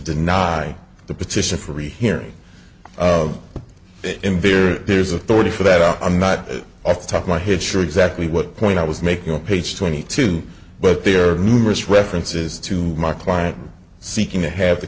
deny the petition for rehearing in very there's authority for that i'm not off the top of my head sure exactly what point i was making on page twenty two but there are numerous references to my client seeking to have the